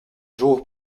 jour